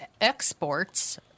exports